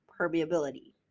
permeability